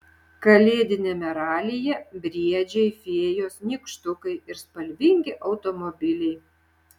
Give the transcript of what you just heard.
kalėdiniame ralyje briedžiai fėjos nykštukai ir spalvingi automobiliai